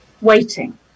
waiting